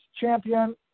champion